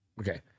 okay